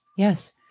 Yes